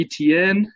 BTN